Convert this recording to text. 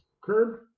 curb